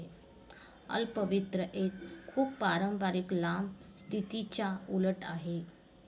अल्प वित्त एक खूप पारंपारिक लांब स्थितीच्या उलट आहे